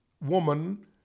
woman